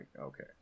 okay